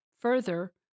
Further